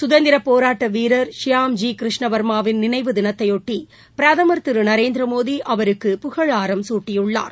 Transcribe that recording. சுதந்திரப்போராட்ட வீரர் ஷ்யாம் ஜி கிருஷ்ண வர்மாவின் நினைவுதினத்தையொட்டி பிரதமர் திரு நரேந்திர மோடி புகழாரம் சூட்டியுள்ளார்